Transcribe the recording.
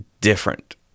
Different